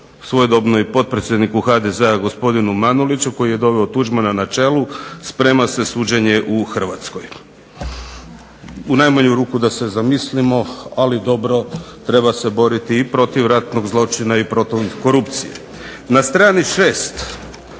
svojedobno i potpredsjedniku HDZ-a gospodinu Manoliću koji je doveo Tuđmana na čelo sprema se suđenje u Hrvatskoj. U najmanju ruku da se zamislimo, ali dobro treba se boriti i protiv ratnog zločina i protiv korupcije. Na strani 6.